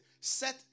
set